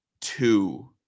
two